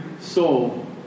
soul